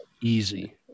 easy